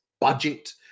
budget